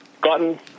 gotten